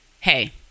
hey